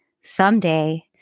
Someday